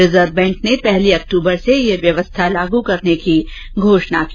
reserve bank ने पहली अक्तूबर से यह व्यवस्था लागू करने की भी घोषणा की